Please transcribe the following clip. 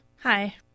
Hi